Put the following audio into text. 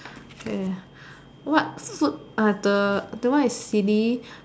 okay what food are the that one is silly